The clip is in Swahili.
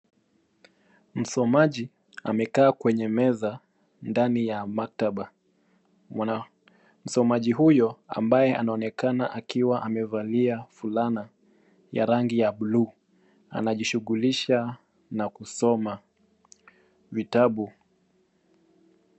Msomaji amekaa kwenye meza, ndani ya maktaba. Msomaji huyo ambaye anaonekana akiwa amevalia fulana ya rangi ya blue , anajishughulisha na kusoma vitabu.